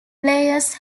players